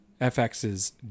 FX's